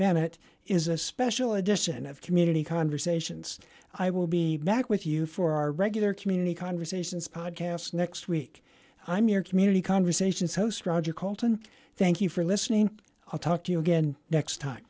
bennett is a special edition of community conversations i will be back with you for our regular community conversations podcast next week i'm your community conversation so strowger coltan thank you for listening i'll talk to you again next time